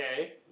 Okay